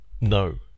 no